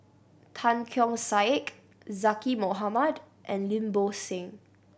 Tan Keong Saik Zaqy Mohamad and Lim Bo Seng